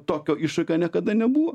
tokio iššūkio niekada nebuvo